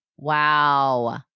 Wow